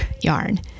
yarn